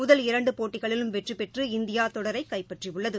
முதல் இரண்டுபோட்டிகளிலும் வெற்றிபெற்று இந்தியாதொடரைகைப்பற்றியுள்ளது